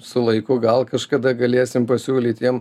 su laiku gal kažkada galėsim pasiūlyt jiem